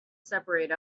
separate